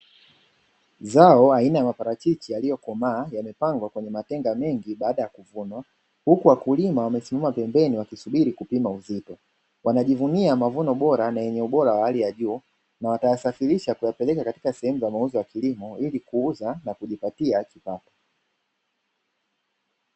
Zao aina ya maparachichi yaliyokomaa, yamepangwa kwenye matenga mengi baada ya kuvunwa, huku wakulima wamesimama pembeni wakisubiri kupima uzito. Wanajivunia mavuno bora na yenye ubora wa hali ya juu, na watayasafirisha kuyapeleka katika sehemu za mauzo ya kilimo ili kuuza na kujipatia kipato.